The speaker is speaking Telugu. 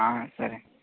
సరే